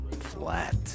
Flat